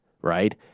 right